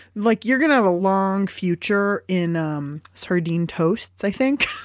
like you're going to have a long future in um sardine toasts i think